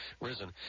risen